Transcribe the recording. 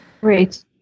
Great